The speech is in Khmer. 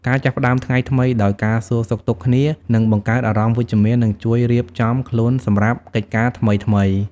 ការចាប់ផ្ដើមថ្ងៃថ្មីដោយការសួរសុខទុក្ខគ្នា នឹងបង្កើតអារម្មណ៍វិជ្ជមាន និងជួយរៀបចំខ្លួនសម្រាប់កិច្ចការថ្មីៗ។